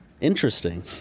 Interesting